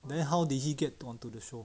then how did he get onto the show